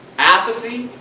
apathy?